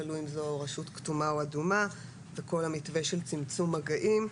תלוי אם זו רשות כתומה או אדומה וכל המתווה של צמצום מגעים.